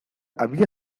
había